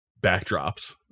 backdrops